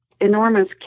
enormous